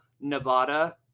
nevada